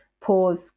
pause